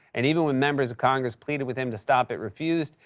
and even when members of congress pleaded with him to stop it, refused.